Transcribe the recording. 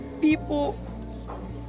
people